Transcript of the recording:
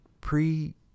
pre